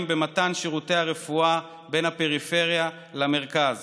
במתן שירותי הרפואה בין הפריפריה למרכז